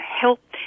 help